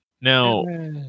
Now